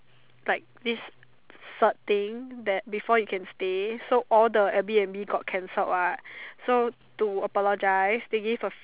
like this cert thing that before you can stay so all the airbnb got canceled what so to apologize they give a